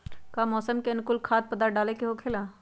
का मौसम के अनुकूल खाद्य पदार्थ डाले के होखेला?